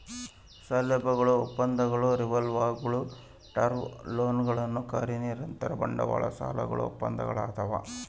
ಸೌಲಭ್ಯಗಳ ಒಪ್ಪಂದಗಳು ರಿವಾಲ್ವರ್ಗುಳು ಟರ್ಮ್ ಲೋನ್ಗಳು ಕಾರ್ಯನಿರತ ಬಂಡವಾಳ ಸಾಲಗಳು ಒಪ್ಪಂದಗಳದಾವ